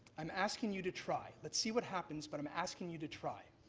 i'm asking you to try. let's see what happens, but i'm asking you to try.